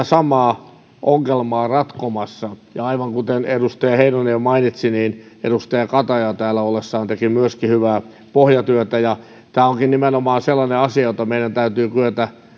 samaa ongelmaa ratkomassa aivan kuten edustaja heinonen jo mainitsi edustaja kataja täällä ollessaan teki myöskin hyvää pohjatyötä ja tämä onkin nimenomaan sellainen asia jota meidän täytyy kyetä